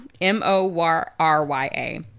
M-O-R-R-Y-A